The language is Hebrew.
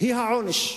היא העונש.